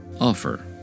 Offer